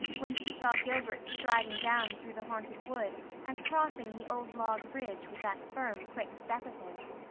when she saw gilbert striding down through the haunted wood and crossing the old log bridge with that firm, quick step of his.